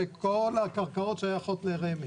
שכל הקרקעות שייכות ל-רמ"י.